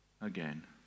again